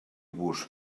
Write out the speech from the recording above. vos